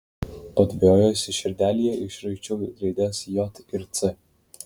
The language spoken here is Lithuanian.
padvejojusi širdelėje išraičiau raides j ir c